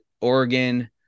Oregon